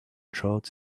shorts